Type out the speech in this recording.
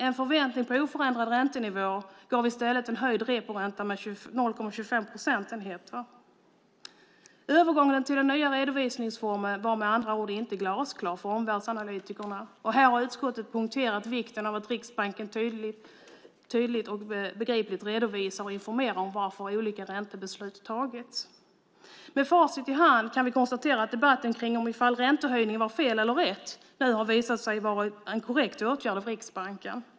En förväntning på oförändrad räntenivå gav i stället en höjd reporänta med 0,25 procentenheter. Övergången till den nya redovisningsformen var med andra ord inte glasklar för omvärldsanalytikerna. Utskottet har poängterat vikten av att Riksbanken tydligt och begripligt redovisar och informerar om varför olika räntebeslut tagits. Efter debatten om huruvida räntehöjningen var fel eller rätt kan vi nu med facit i hand konstatera att det var en alldeles korrekt åtgärd av Riksbanken.